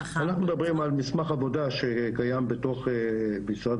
אנחנו מדברים על מסמך עבודה שקיים בתוך משרד